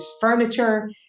furniture